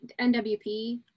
NWP